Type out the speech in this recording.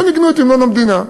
לא ניגנו את המנון המדינה.